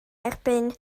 erbyn